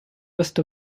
west